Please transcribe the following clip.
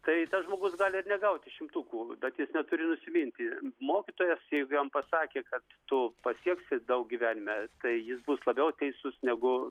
tai tas žmogus gali ir negauti šimtukų bet jis neturi nusiminti mokytojas jeigu jam pasakė kad tu pasieksi daug gyvenime tai jis bus labiau teisus negu